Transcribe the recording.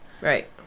Right